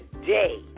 today